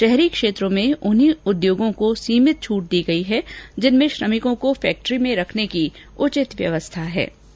शहरी क्षेत्रों में उन्हीं उद्योगों को सीमित छूट दी गई है जिनमें श्रमिकों को फैक्ट्री में रखने की उचित व्यवस्था उपलब्ध है